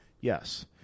Yes